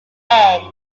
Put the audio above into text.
end